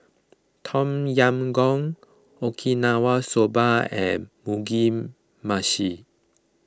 Tom Yam Goong Okinawa Soba and Mugi Meshi